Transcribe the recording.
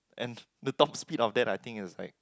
and the top speed of that I think is like